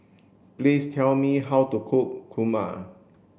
please tell me how to cook Kurma